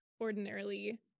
ordinarily